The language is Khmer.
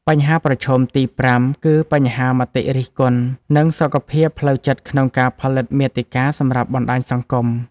បញ្ហាប្រឈមទី៥ គឺបញ្ហាមតិរិះគន់ និងសុខភាពផ្លូវចិត្តក្នុងការផលិតមាតិកាសម្រាប់បណ្ដាញសង្គម។